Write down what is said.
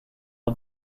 une